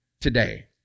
today